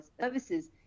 services